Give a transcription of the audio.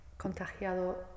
contagiado